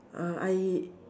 uh I